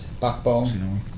Backbone